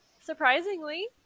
surprisingly